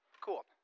cool